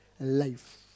life